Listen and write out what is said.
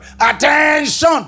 Attention